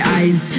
eyes